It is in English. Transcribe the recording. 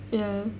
ya